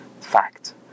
fact